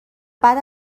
بعد